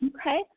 Okay